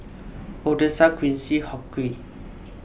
Odessa Quincy Hughie